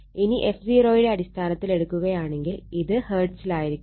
ഇനി f0 യുടെ അടിസ്ഥാനത്തിൽ എടുക്കുകയാണെങ്കിൽ ഇത് ഹെർട്സിലായിരിക്കും